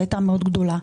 והיא הייתה מאוד גדולה.